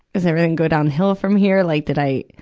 does everything go downhill from here? like did i,